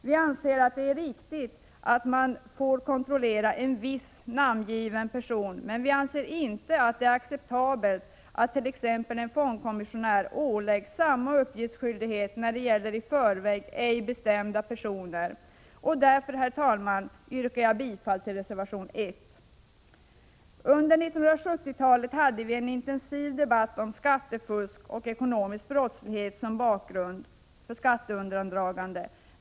Vi anser att det är riktigt att man får kontrollera en viss namngiven person, men vi anser inte att det är acceptabelt att t.ex. en fondkommissionär åläggs Därför, herr talman, yrkar jag bifall till reservation 1. 8 april 1987 Under 70-talet hade vi en intensiv debatt om skattefusk och ekonomisk brottslighet som bakgrund för skatteundandragande.